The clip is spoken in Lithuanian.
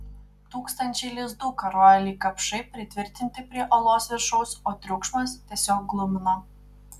tūkstančiai lizdų karojo lyg kapšai pritvirtinti prie olos viršaus o triukšmas tiesiog glumino